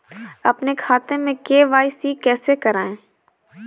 अपने खाते में के.वाई.सी कैसे कराएँ?